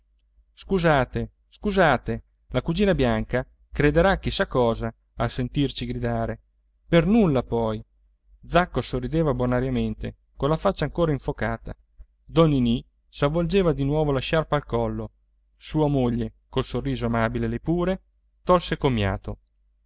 scusate scusate la cugina bianca crederà chissà cosa al sentirci gridare per nulla poi zacco sorrideva bonariamente con la faccia ancora infocata don ninì s'avvolgeva di nuovo la sciarpa al collo sua moglie col sorriso amabile lei pure tolse commiato